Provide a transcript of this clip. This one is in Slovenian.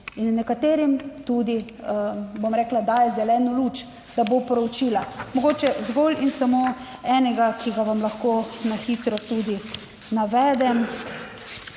in nekaterim tudi, bom rekla, daje zeleno luč, da bo proučila. Mogoče zgolj in samo enega, ki ga vam lahko na hitro tudi navedem,